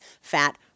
fat